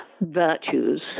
virtues